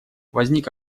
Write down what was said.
возник